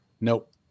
nope